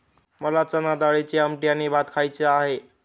मला चणाडाळीची आमटी आणि भात खायचा आहे